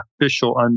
official